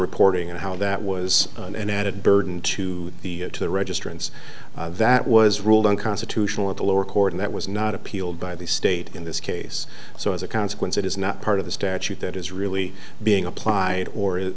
reporting and how that was an added burden to the to the registrants that was ruled unconstitutional at the lower court and that was not appealed by the state in this case so as a consequence it is not part of the statute that is really being applied or i